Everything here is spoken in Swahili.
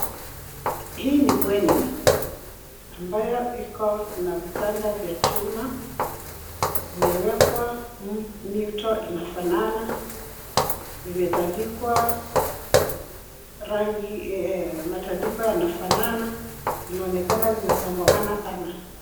Hii ni bweni ambayo iko na vitanda vya chuma. Vimewekwa mito inafanana. Vimetandikwa rangi matandiko yanafanana. Inaonekana zinasongamana sana.